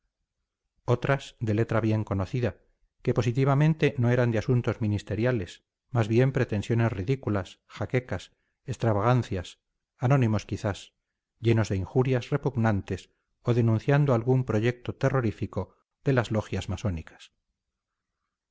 otras de letra bien conocida que positivamente no eran de asuntos ministeriales más bien pretensiones ridículas jaquecas extravagancias anónimos quizás llenos de injurias repugnantes o denunciando algún proyecto terrorífico de las logias masónicas